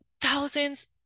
thousands